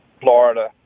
Florida